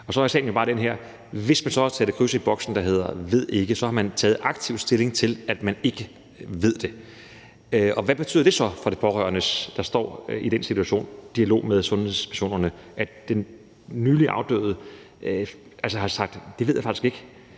Og så er sagen jo bare den her, at hvis man så har sat kryds i boksen, der hedder »ved ikke«, har man taget aktiv stilling til, at man ikke ved det. Og hvad betyder det så for de pårørende, der står i den situation og er i dialog med sundhedspersonerne, at den nylig afdøde har sagt: Det ved jeg faktisk ikke?